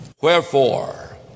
Wherefore